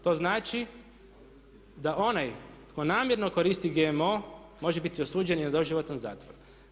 To znači da onaj tko namjerno koristi GMO može biti osuđen i na doživotan zatvor.